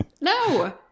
No